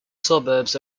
suburbs